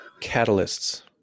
Catalysts